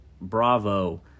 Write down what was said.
bravo